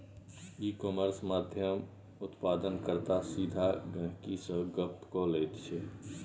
इ कामर्स माध्यमेँ उत्पादन कर्ता सीधा गहिंकी सँ गप्प क लैत छै